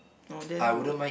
oh that's good